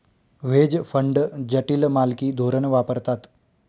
veg fund जटिल मालकी धोरण वापरतात